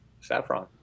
saffron